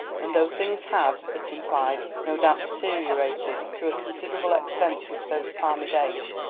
and though things had, it implied, no doubt deteriorated to a considerable extent since those palmy days,